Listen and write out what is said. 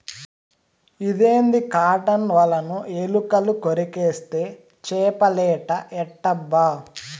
ఇదేంది కాటన్ ఒలను ఎలుకలు కొరికేస్తే చేపలేట ఎట్టబ్బా